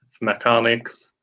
mechanics